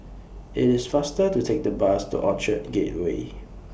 IT IS faster to Take The Bus to Orchard Gateway